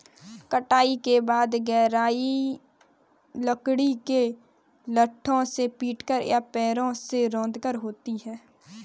कटाई के बाद गहराई लकड़ी के लट्ठों से पीटकर या पैरों से रौंदकर होती है